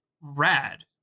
rad